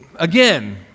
Again